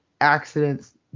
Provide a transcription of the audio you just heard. accidents